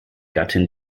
gattin